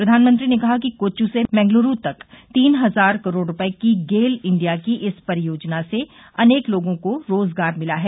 प्रधानमंत्री ने कहा कि कोच्चि से मंगलूरू तक तीन हजार करोड़ रूपये की गेल इंडिया की इस परियोजना से अनेक लोगों को रोजगार मिला है